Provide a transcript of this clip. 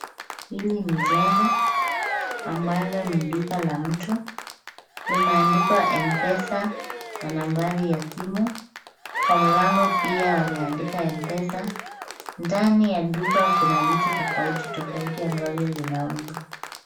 Hili ni jengo ambalo ni duka la mtu, limeandikwa mpesa na nambari ya simu kwa mlango pia wameandika mpesa, ndani ya duka kuna vitu tofautitofauti ambavyo vinauzwa.